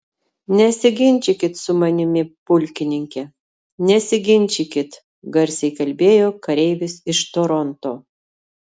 nesiginčykit su manimi pulkininke nesiginčykit garsiai kalbėjo kareivis iš toronto